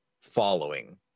following